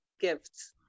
gifts